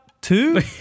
Two